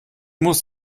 muss